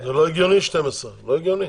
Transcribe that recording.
זה לא הגיוני 12. לא הגיוני.